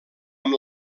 amb